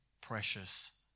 precious